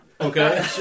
Okay